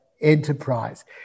enterprise